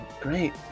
Great